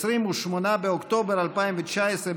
28 באוקטובר 2019,